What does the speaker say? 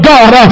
God